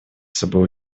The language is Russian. собой